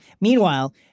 Meanwhile